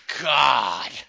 God